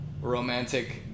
romantic